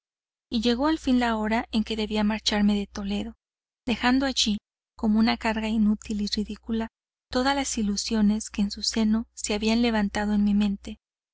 y llegó al fin la hora en que debía marcharme de toledo dejando allí como una carga inútil y ridícula todas las ilusiones que en su seno se habían levantado en mi mente